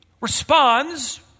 responds